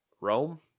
Rome